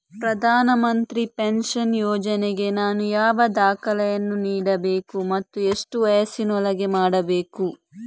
ಪ್ರಧಾನ ಮಂತ್ರಿ ಪೆನ್ಷನ್ ಯೋಜನೆಗೆ ನಾನು ಯಾವ ದಾಖಲೆಯನ್ನು ನೀಡಬೇಕು ಮತ್ತು ಎಷ್ಟು ವಯಸ್ಸಿನೊಳಗೆ ಮಾಡಬೇಕು?